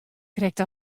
krekt